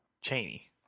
Cheney